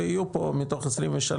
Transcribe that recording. ויהיו פה מתוך 23